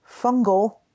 Fungal